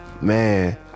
Man